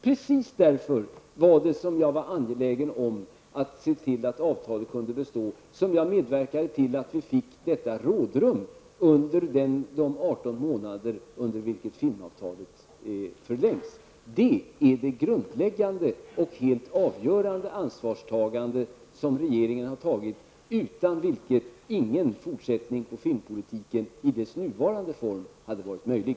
Just därför var jag angelägen om att avtalet kunde bestå, och därför medverkade jag till att vi fick ett rådrum under de 18 månader som filmavtalet förlängs. Detta är det grundläggande och helt avgörande ansvarstagande som regeringen har tagit utan vilket ingen fortsättning av filmpolitiken i dess nuvarande form hade varit möjlig.